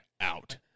out